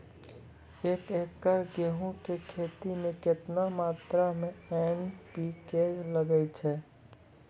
एक एकरऽ गेहूँ के खेती मे केतना मात्रा मे एन.पी.के लगे छै?